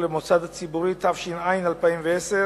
(תיקון) (פטור למוסד ציבורי), התש"ע 2010,